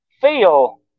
feel